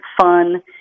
fun